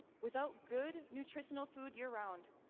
without good, nutritional food year-round,